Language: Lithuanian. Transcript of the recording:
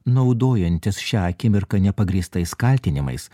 naudojantis šią akimirką nepagrįstais kaltinimais